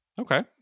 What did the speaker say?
okay